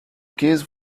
case